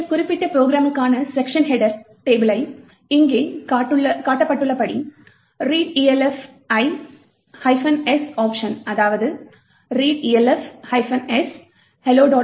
இந்த குறிப்பிட்ட ப்ரோக்ராமுக்கான செக்க்ஷன் ஹெட்டரை டேபிள் இங்கே காட்டப்பட்டுள்ளபடி readelf ஐ S ஒப்ஷன் அதாவது readelf S hello